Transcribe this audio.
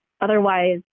otherwise